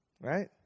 right